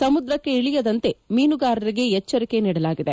ಸಮುದ್ರಕ್ಕೆ ಇಳಿಯದಂತೆ ಮೀನುಗಾರರಿಗೆ ಎಚ್ಚರಿಕೆ ನೀಡಲಾಗಿದೆ